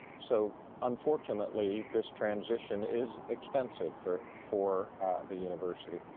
so unfortunately, this transition is expensive for for the university.